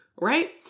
Right